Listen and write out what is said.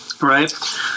Right